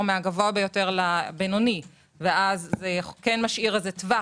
מהגבוה ביותר לבינוני ואז זה כן משאיר איזה טווח.